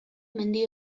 mendi